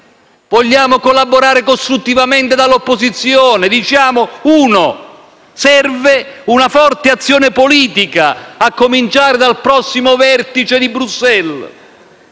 vogliamo collaborare costruttivamente dall'opposizione. In primo luogo diciamo che serve una forte azione politica, a cominciare dal prossimo vertice di Bruxelles,